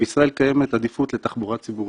בישראל קיימת עדיפות לתחבורה ציבורית,